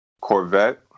Corvette